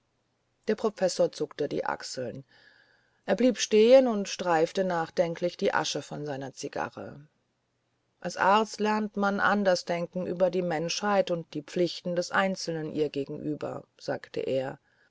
der professor zuckte die achseln er blieb stehen und streifte nachdenklich die asche von seiner zigarre als arzt lernt man anders denken über die menschheit und die pflichten des einzelnen ihr gegenüber sagte er